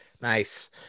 Nice